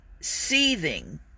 seething